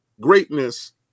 greatness